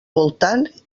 voltant